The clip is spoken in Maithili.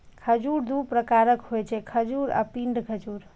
खजूर दू प्रकारक होइ छै, खजूर आ पिंड खजूर